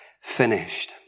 finished